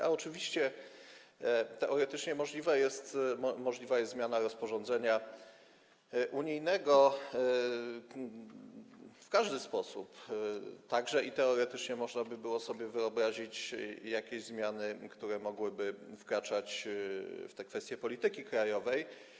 A oczywiście teoretycznie możliwa jest zmiana rozporządzenia unijnego w każdy sposób, tak że teoretycznie można by było sobie wyobrazić jakieś zmiany, które mogłyby wkraczać w kwestie polityki krajowej.